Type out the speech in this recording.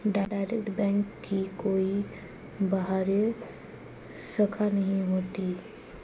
direct bank की कोई बाह्य शाखा नहीं होती